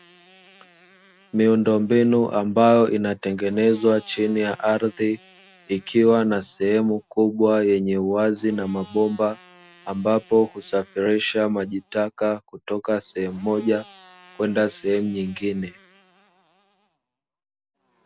Miundo mbinu ambayo inatengenezwa chini ya ardhi, ikiwa na sehemu kubwa yenye uwazi na mabomba, ambapo husafirisha maji taka kutoka sehemu moja kwenda sehemu nyingine.